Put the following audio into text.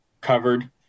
covered